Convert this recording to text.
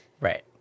Right